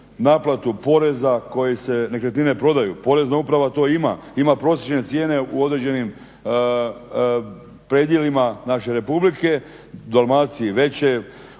naplatu poreza koji se nekretnine prodaju. Porezna uprava to ima, ima prosječne cijene u određenim predjelima naše Republike, u Dalmaciji veće,